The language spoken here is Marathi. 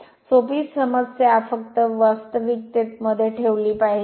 तर सोपी समस्या फक्त वास्तविकतेत मधे ठेवली पाहिजे